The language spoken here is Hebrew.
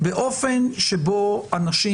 באופן שבו אנשים,